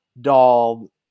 doll